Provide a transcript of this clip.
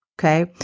Okay